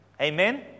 Amen